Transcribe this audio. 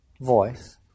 voice